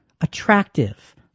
attractive